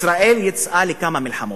ישראל יצאה לכמה מלחמות,